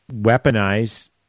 weaponize